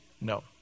no